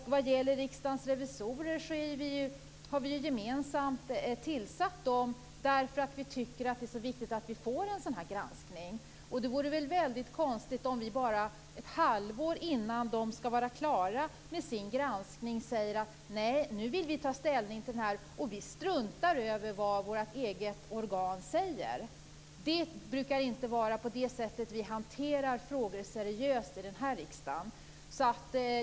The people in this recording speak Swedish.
Vad gäller Riksdagens revisorer vill jag säga att vi gemensamt har tillsatt dem därför att vi tycker att det är så viktigt att vi får en sådan här granskning. Det vore väldigt konstigt om vi bara ett halvår innan de ska vara klara med sin granskning säger: Nej, vi vill ta ställning till det här nu, och vi struntar i vad vårt eget organ säger. Vi brukar inte hantera seriösa frågor på det sättet här i riksdagen.